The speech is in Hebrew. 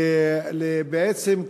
בעצם,